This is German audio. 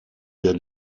der